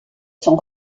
son